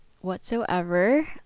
whatsoever